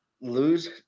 lose